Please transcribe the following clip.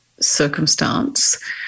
circumstance